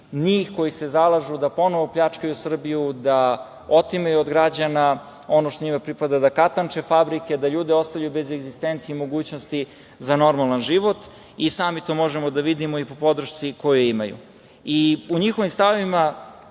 njih koji se zalažu da ponovo pljačkaju Srbiju, da otimaju od građana ono što njima pripada, da katanče fabrike, da ljude ostavljaju bez egzistencije i mogućnosti za normalnim životom. Sami to možemo da vidimo i po podršci koju imaju.U njihovim stavovima,